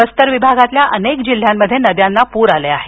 बस्तर विभागातील अनेक जिल्ह्यांमध्ये नद्यांना पूर आले आहेत